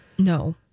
No